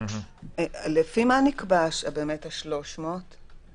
לפי מה נקבע המספר 300?